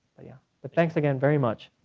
but yeah, but thanks again very much.